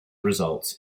results